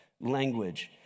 language